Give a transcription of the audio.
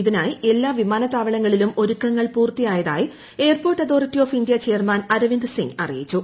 ഇതിനായി എല്ലാ വിമാനത്താവളങ്ങളിലും ഒരുക്കങ്ങൾ പൂർത്തിയായതായി airport authority of India chairman Arvind Singh അറിയിച്ചു